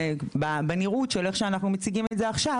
זה בנראות של איך שאנחנו מציגים את זה עכשיו,